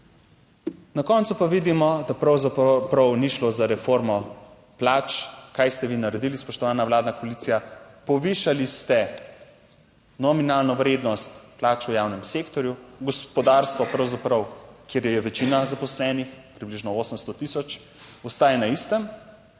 Na koncu pa vidimo, da pravzaprav ni šlo za reformo plač. Kaj ste vi naredili spoštovana vladna koalicija? Povišali ste nominalno vrednost plač v javnem sektorju, gospodarstvo pravzaprav, kjer je večina zaposlenih, približno 800000, ostaja na istem,